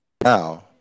now